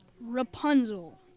Rapunzel